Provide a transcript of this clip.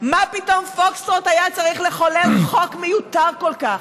מה פתאום "פוקסטרוט" היה צריך לחולל חוק מיותר כל כך?